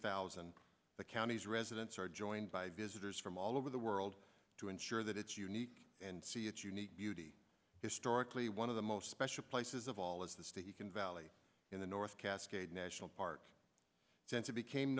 thousand the county's residents are joined by visitors from all over the world to ensure that its unique and see its unique beauty historically one of the most special places of all is the state you can valley in the north cascades national park since it became